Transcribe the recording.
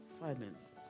finances